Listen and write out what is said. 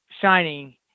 shining